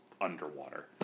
underwater